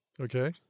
Okay